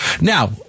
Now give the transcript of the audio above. now